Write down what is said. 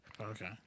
Okay